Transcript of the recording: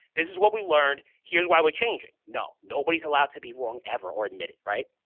this is what we learned. here's why we're changing. no, nobody's allowed to be wrong ever or admit it, right?